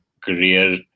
career